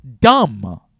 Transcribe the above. dumb